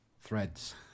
threads